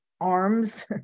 arms